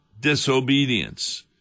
disobedience